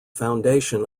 foundation